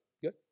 good